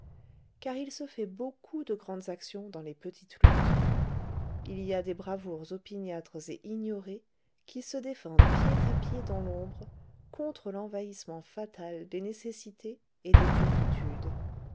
car il se fait beaucoup de grandes actions dans les petites luttes il y a des bravoures opiniâtres et ignorées qui se défendent pied à pied dans l'ombre contre l'envahissement fatal des nécessités et des turpitudes